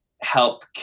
help